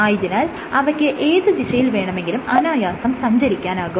ആയതിനാൽ അവയ്ക്ക് ഏത് ദിശയിൽ വേണമെങ്കിലും അനായാസം സഞ്ചരിക്കാനാകും